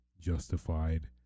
justified